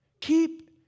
Keep